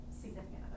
significant